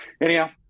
anyhow